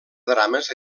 drames